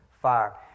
fire